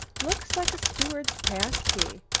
looks like a steward's pass-key.